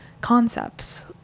concepts